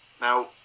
Now